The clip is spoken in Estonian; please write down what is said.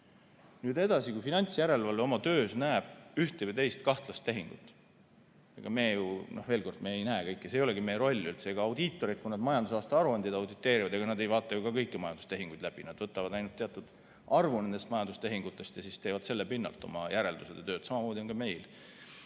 Nüüd edasi. Kui finantsjärelevalve oma töös näeb ühte või teist kahtlast tehingut – veel kord, ega me ju ei näe kõike, see ei olegi meie roll. Ka audiitorid, kui nad majandusaasta aruandeid auditeerivad, ei vaata ju kõiki majandustehinguid läbi. Nad võtavad ainult teatud arvu nendest majandustehingutest ja teevad selle pinnalt oma järeldused. Samamoodi on ka meil.